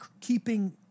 keeping